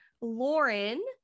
Lauren